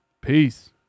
Peace